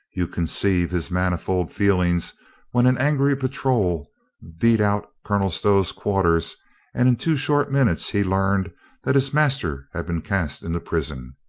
you conceive his manifold feelings when an angry patrol beat out colonel stow's quarters and in two short minutes he learned that his master had been cast into prison,